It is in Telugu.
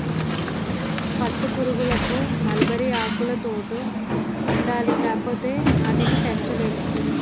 పట్టుపురుగులకు మల్బరీ ఆకులుతోట ఉండాలి లేపోతే ఆటిని పెంచలేము